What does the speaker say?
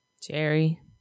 Jerry